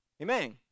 Amen